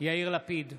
יאיר לפיד,